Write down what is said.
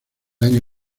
año